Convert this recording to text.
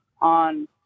on